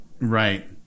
Right